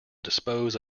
dispose